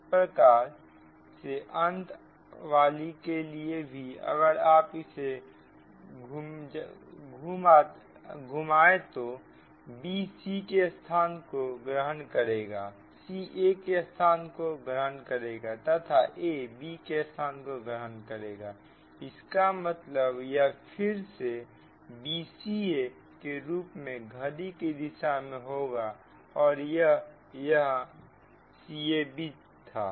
इसी प्रकार से अंत वाली के लिए भी अगर आप इसे घूम आए तो b c के स्थान को ग्रहण करेगा c aके स्थान को ग्रहण करेगा तथा a b के स्थान को ग्रहण करेगा इसका मतलब यह फिर से b c a के रूप में घड़ी की दिशा में होगा और यहां यह c a b था